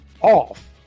off